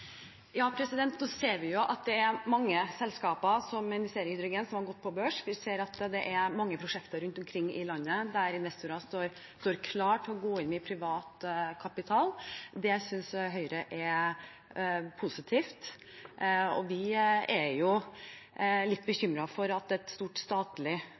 Nå ser vi at mange selskaper som investerer i hydrogen, har gått på børs. Vi ser at det er mange prosjekter rundt omkring i landet der investorer står klar til å gå inn med privat kapital. Det synes Høyre er positivt, og vi er litt bekymret for at et stort statlig